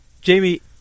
Jamie